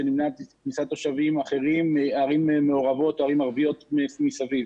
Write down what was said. שם נמנעה כניסת תושבים אחרים מערים מעורבות או ערים ערביות מסביב.